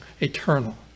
eternal